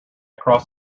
crossed